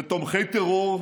לתומכי טרור,